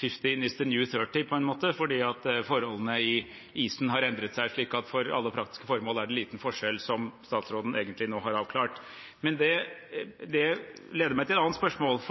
«fifteen is the new thirty» – på en måte – fordi forholdene i isen har endret seg. Så for alle praktiske formål er det liten forskjell, som statsråden egentlig nå har avklart. Det leder meg til et annet spørsmål.